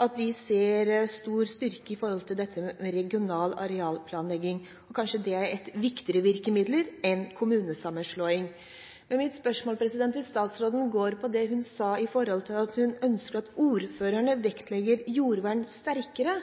at de ser en stor styrke i regional arealplanlegging, og kanskje det er et viktigere virkemiddel enn kommunesammenslåing. Mitt spørsmål til statsråden går på det hun sa om at hun ønsker at ordførerne vektlegger jordvern sterkere.